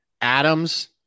Adams